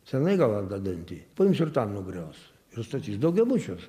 senai galanda dantį paims ir tą nugriaus ir statys daugiabučius